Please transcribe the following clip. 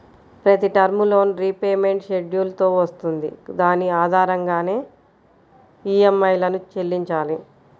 ప్రతి term loan repayment schedule తో వస్తుంది దాని ఆధారంగానే ఈఎంఐలను చెల్లించాలి